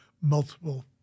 multiple